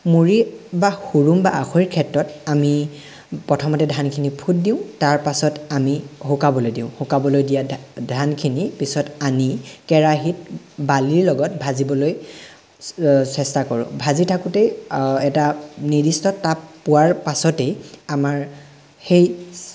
মুড়ি বা হুৰুম বা আখৈৰ ক্ষেত্ৰত আমি প্ৰথমতে ধানখিনি ফুট দিওঁ তাৰ পাছত আমি শুকাবলৈ দিওঁ শুকাবলৈ দিয়া ধানখিনি পিছত আনি কেৰাহিত বালিৰ লগত ভাজিবলৈ চেষ্টা কৰোঁ ভাজি থাকোঁতে এটা নিৰ্দিষ্ট তাপ পোৱাৰ পাছতেই আমাৰ সেই